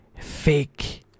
fake